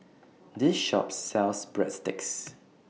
This Shop sells Breadsticks